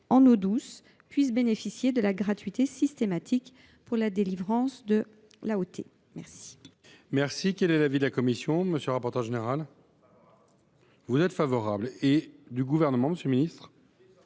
en eau douce puissent bénéficier de la gratuité systématique pour la délivrance de l’AOT. Quel